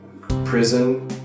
prison